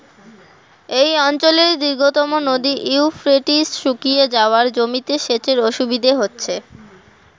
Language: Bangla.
এই অঞ্চলের দীর্ঘতম নদী ইউফ্রেটিস শুকিয়ে যাওয়ায় জমিতে সেচের অসুবিধে হচ্ছে